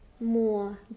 more